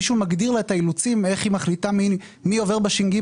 מישהו מגדיר לה את האילוצים איך היא מחליטה מי עובר ב-ש.ג.